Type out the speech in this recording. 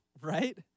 right